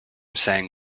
sang